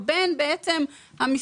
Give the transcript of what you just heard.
מה קרה מאז?